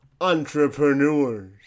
entrepreneurs